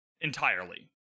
entirely